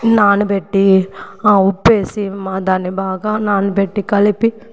నానబెట్టి ఉప్పు వేసి దాన్ని బాగా నానబెట్టి కలిపి